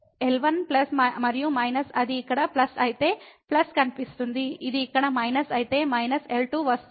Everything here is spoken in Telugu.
L1 ప్లస్ మరియు మైనస్ అది ఇక్కడ ప్లస్ అయితే ప్లస్ కనిపిస్తుంది ఇది ఇక్కడ మైనస్ అయితే మైనస్ L2 వస్తుంది